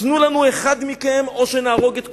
תנו לנו אחד מכם או שנהרוג את כולם,